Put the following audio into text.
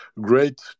great